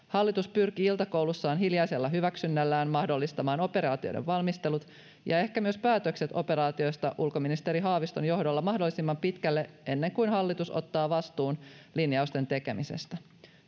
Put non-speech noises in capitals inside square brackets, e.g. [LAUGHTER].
[UNINTELLIGIBLE] hallitus pyrki iltakoulussaan hiljaisella hyväksynnällään mahdollistamaan operaatioiden valmistelut ja ehkä myös päätökset operaatioista ulkoministeri haaviston johdolla mahdollisimman pitkälle ennen kuin hallitus ottaa vastuun linjausten tekemisestä